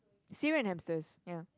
serum and hamsters ya